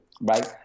right